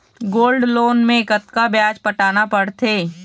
Gold loan मे कतका ब्याज पटाना पड़थे?